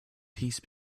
peace